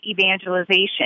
evangelization